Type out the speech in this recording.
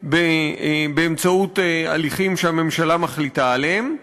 באמצעות הליכים שהממשלה מחליטה עליהם,